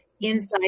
inside